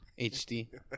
HD